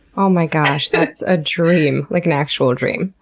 oh my gosh, that's a dream, like an actual dream.